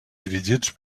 dirigits